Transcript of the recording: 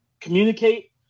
communicate